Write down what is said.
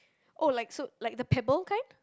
oh like so like the pebble kind